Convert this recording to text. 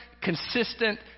consistent